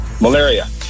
Malaria